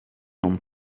non